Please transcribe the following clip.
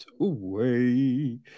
away